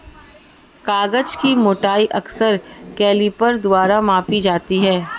कागज की मोटाई अक्सर कैलीपर द्वारा मापी जाती है